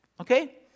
Okay